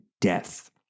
death